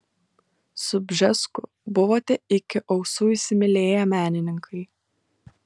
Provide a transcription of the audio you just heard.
su bžesku buvote iki ausų įsimylėję menininkai